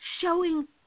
Showing